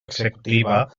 executiva